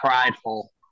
prideful